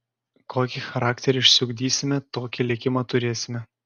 kokį charakterį išsiugdysime tokį likimą turėsime